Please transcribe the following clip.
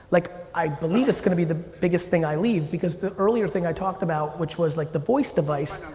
like i believe it's gonna be the biggest thing i leave because the earlier thing i talked about which was like the voice device.